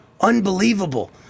Unbelievable